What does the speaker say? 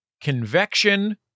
convection